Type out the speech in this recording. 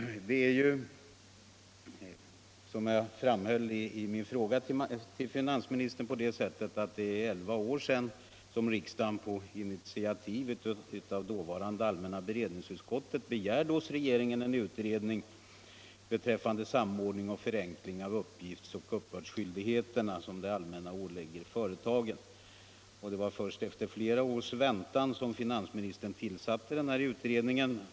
Det är ju, som jag framhöll i min fråga till finansministern, elva år sedan riksdagen på initiativ av dåvarande allmänna beredningsutskottet hos regeringen begärde en utredning beträffande samordning och förenkling av de uppgiftsoch uppbördsskyldigheter som det allmänna ålägger företagen. Det var först efter flera års väntan som finansministern tillsatte utredningen.